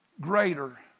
greater